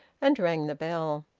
and rang the bell.